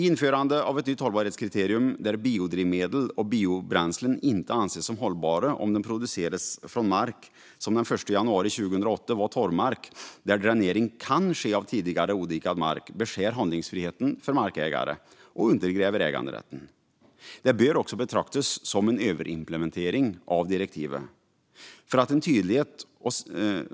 Införandet av ett nytt hållbarhetskriterium där biodrivmedel och biobränslen inte anses som hållbara om de produceras från mark som den 1 januari 2008 var torvmark där dränering kan ske av tidigare odikad mark beskär handlingsfriheten för markägare och undergräver äganderätten. Det bör också betraktas som en överimplementering av direktivet.